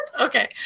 Okay